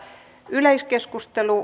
yleiskeskustelu